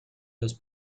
los